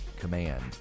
command